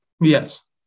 Yes